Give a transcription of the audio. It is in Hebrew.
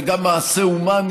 וגם מעשה הומני,